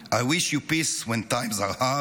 I wish you peace when times are hard,